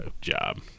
job